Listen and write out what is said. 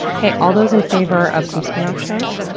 hey, all those in favor of some spin off shows?